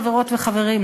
חברות וחברים,